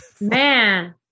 Man